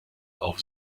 auf